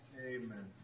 Amen